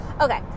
okay